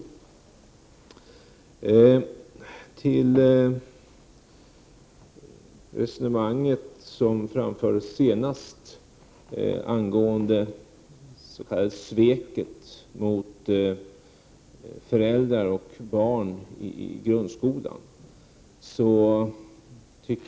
När det gäller det resonemang som framfördes senast angående det s.k. sveket mot föräldrar och barn i grundskolan vill jag säga följande.